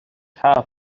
حرف